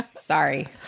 Sorry